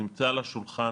הוא נמצא על השולחן,